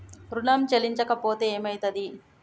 ఋణం చెల్లించకపోతే ఏమయితది?